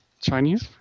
Chinese